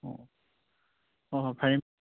ꯑꯣ ꯍꯣꯏ ꯍꯣꯏ ꯐꯔꯦ